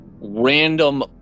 random